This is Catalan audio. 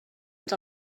ens